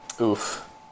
Oof